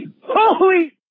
Holy